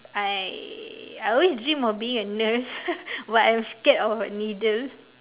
I I always dream of being a nurse but I am scared of needle